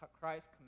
Christ